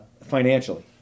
financially